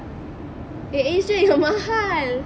AirAsia yang mahal